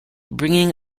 bringing